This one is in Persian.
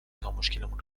تامشکلمون